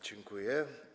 Dziękuję.